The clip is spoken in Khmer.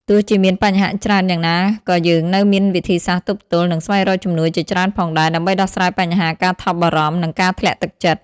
ទោះជាមានបញ្ហាច្រើនយ៉ាងណាក៏យើងនូវមានវិធីសាស្ត្រទប់ទល់ និងស្វែងរកជំនួយជាច្រើនផងដែរ ដើម្បីដោះស្រាយបញ្ហាការថប់បារម្ភ និងការធ្លាក់ទឹកចិត្ត។